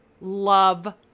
love